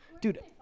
dude